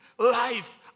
Life